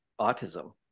autism